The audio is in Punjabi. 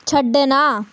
ਛੱਡਣਾ